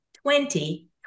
twenty